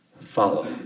follow